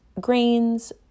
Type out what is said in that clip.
grains